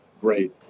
great